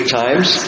times